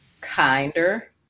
kinder